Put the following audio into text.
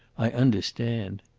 i understand.